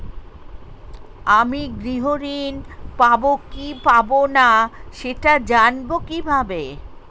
আমি গৃহ ঋণ পাবো কি পাবো না সেটা জানবো কিভাবে?